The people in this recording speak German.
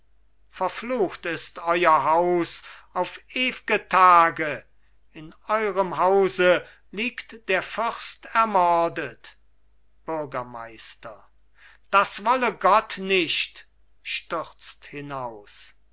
verflucht ist euer haus auf ewge tage in eurem hause liegt der fürst ermordet bürgermeister das wolle gott nicht stürzt hinaus